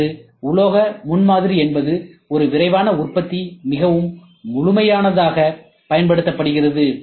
இன்று உலோக முன்மாதிரி என்பது ஒரு விரைவான உற்பத்தி மிகவும் முழுமையானதாக பயன்படுத்தப்படுகிறது